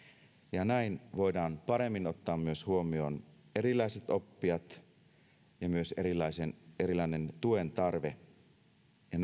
näin voidaan paremmin ottaa myös huomioon erilaiset oppijat ja myös erilainen tuen terve ja